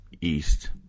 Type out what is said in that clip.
east